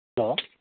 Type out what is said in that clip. hello